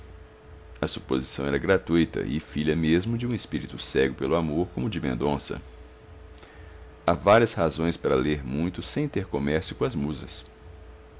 a suposição era gratuita e filha mesmo de um espírito cego pelo amor como o de mendonça há várias razões para ler muito sem ter comércio com as musas